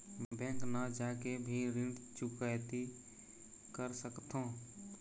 Bank न जाके भी ऋण चुकैती कर सकथों?